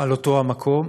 על אותו מקום.